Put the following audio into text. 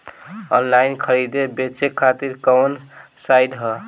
Online खरीदे बेचे खातिर कवन साइड ह?